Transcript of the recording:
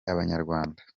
abanyarwanda